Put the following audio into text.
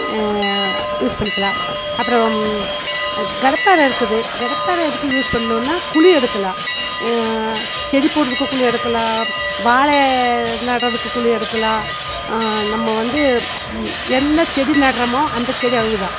use பண்ணிக்கிலாம் அப்புறம் கடப்பாரை இருக்குது கடப்பாரை எதுக்கு யூஸ் பண்ணணுனா குழி எடுக்கலாம் செடி போடுறதுக்கும் குழி எடுக்கலாம் வாழை நடுறதுக்கு குழி எடுக்கலாம் நம்ம வந்து எந்த செடி நடுகிறமோ அந்த செடி அளவுதான்